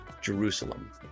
Jerusalem